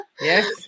yes